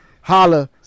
Holla